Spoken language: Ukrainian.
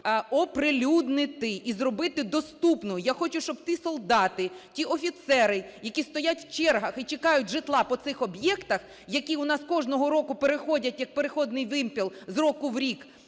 оприлюднити і зробити доступною. Я хочу, щоб ті солдати, ті офіцери, які стоять в чергах і чекають житла по цих об'єктах, які у нас кожного року переходять, як перехідний вимпел, з року в рік